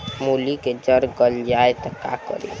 मूली के जर गल जाए त का करी?